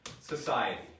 society